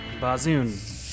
Bazoon